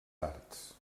arts